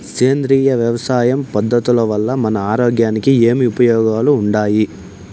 సేంద్రియ వ్యవసాయం పద్ధతుల వల్ల మన ఆరోగ్యానికి ఏమి ఉపయోగాలు వుండాయి?